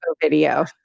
video